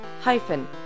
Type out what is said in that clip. hyphen